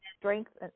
Strength